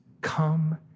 come